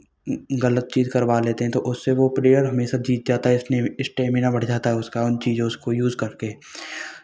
गलत चीज़ करवा लेते हैं तो उससे वो प्लेयर हमेशा जीत के आता है स्टेमिना बढ़ जाता है उसका उन चीज़ों उसको यूज़ करके